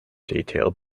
detail